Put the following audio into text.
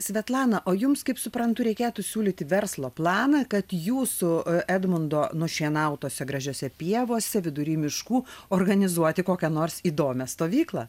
svetlana o jums kaip suprantu reikėtų siūlyti verslo planą kad jūsų edmundo nušienautose gražiose pievose vidury miškų organizuoti kokią nors įdomią stovyklą